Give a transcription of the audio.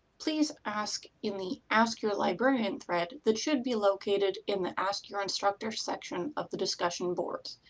please ask in the ask your librarian thread that should be located in the ask your instructor section of the discussion boards.